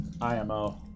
IMO